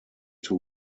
two